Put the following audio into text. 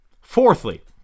Fourthly